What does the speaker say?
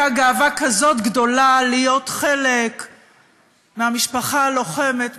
פעם הייתה גאווה כזאת גדולה להיות חלק מהמשפחה הלוחמת,